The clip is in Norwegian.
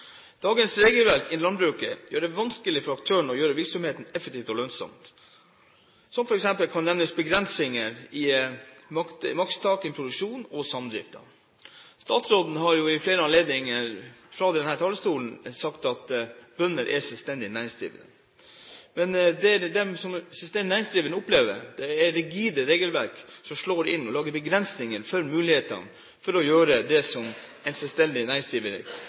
Som eksempler kan nevnes begrensninger i makstak innen produksjon og samdrifter. Statsråden har ved flere anledninger fra denne talerstolen sagt at bønder er selvstendig næringsdrivende, men det de som selvstendig næringsdrivende opplever, er rigide regelverk som slår inn og lager begrensninger for mulighetene til å gjøre det selvstendig næringsdrivende kan gjøre, f.eks. finnes det regler om kvotetak på melkeproduksjonen og andre ting. Mitt spørsmål til statsråden er: Hva vil statsråden gjøre for å tilrettelegge, sånn at selvstendig